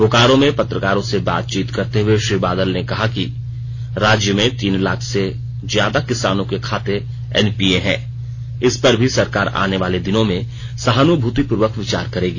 बोकारो में पत्रकारों से बातचीत करते हुए श्री बादल ने कहा कि राज्य में तीन लाख से भी ज्यादा किसानों के खाते एनपीए हैं इस पर भी सरकार आने वाले दिनों में सहानुभूति पूर्वक विचार करेगी